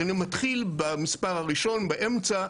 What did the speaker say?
אני מתחיל במספר הראשון, באמצע,